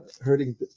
hurting